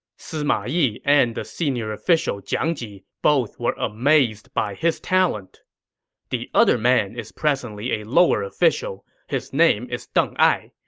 sima yi and the senior official jiang ji both were amazed by his talent the other man is presently a lower official. his name is deng ai.